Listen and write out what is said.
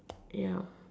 ya